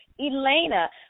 Elena